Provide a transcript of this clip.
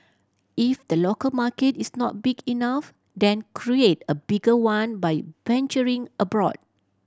if the local market is not big enough then create a bigger one by venturing abroad